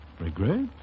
Regret